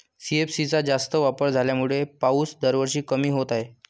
CFC चा जास्त वापर झाल्यामुळे पाऊस दरवर्षी कमी होत आहे